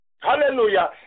hallelujah